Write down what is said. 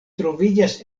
troviĝas